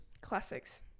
Classics